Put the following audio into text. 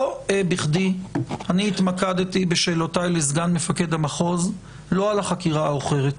לא בכדי אני התמקדתי בשאלותיי לסגן מפקד המחוז לא על החקירה העוכרת,